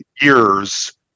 years